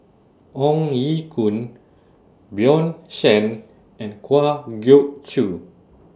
Ong Ye Kung Bjorn Shen and Kwa Geok Choo